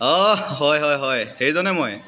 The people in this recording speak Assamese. অঁ হয় হয় হয় সেইজনে মই